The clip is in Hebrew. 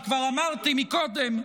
כי כבר אמרתי קודם,